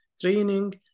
training